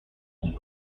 and